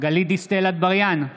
גלית דיסטל אטבריאן,